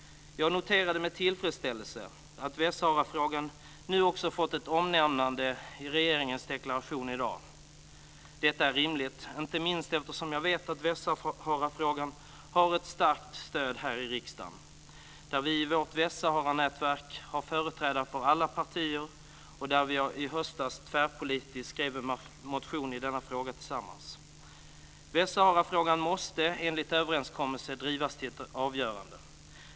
Jag noterade med tillfredsställelse att Västsaharafrågan nu också fått ett omnämnande i regeringens deklaration i dag. Det är rimligt, inte minst eftersom jag vet att Västsaharafrågan möter ett starkt intresse här i riksdagen. I vårt Västsaharanätverk har vi företrädare för alla partier, och i höstas skrev vi tillsammans en tvärpolitisk motion i denna fråga. Västsaharafrågan måste enligt överenskommelse drivas till ett avgörande.